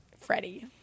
Freddie